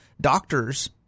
doctors